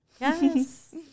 yes